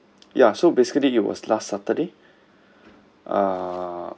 ya so basically it was last saturday uh